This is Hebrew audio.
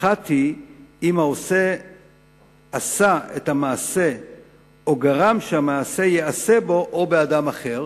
"אחת היא אם העושה עשה את המעשה או גרם שהמעשה ייעשה בו או באדם אחר",